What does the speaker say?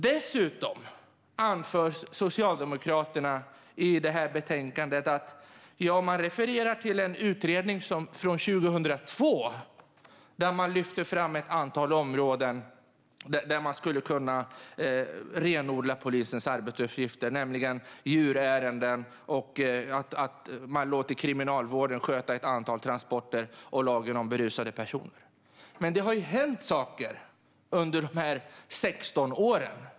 Dessutom refererar Socialdemokraterna i betänkandet till en utredning från 2002, där man lyfter fram ett antal områden där polisens arbetsuppgifter skulle kunna renodlas, nämligen djurärenden, att låta Kriminalvården sköta ett antal transporter samt lagen om berusade personer. Det har hänt saker under dessa 16 år.